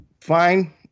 fine